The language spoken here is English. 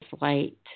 light